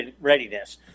readiness